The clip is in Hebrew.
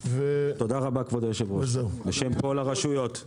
תודה רבה כבוד היושב ראש בשם כל הרשויות.